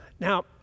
Now